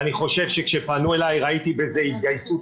אני חושב שכשפנו אליי ראיתי בזה התגייסות